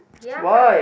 ya hub~